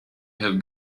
have